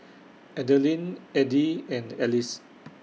Adilene Edie and Alys